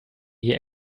die